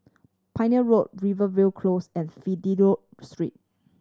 Pioneer Road Rivervale Close and Fidelio Street